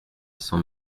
san